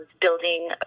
building